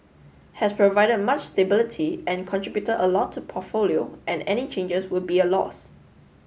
has provided much stability and contributed a lot to the portfolio and any changes would be a loss